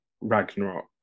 Ragnarok